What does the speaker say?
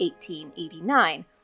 1889